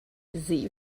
sie